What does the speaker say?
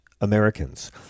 Americans